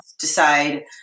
decide